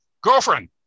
Girlfriend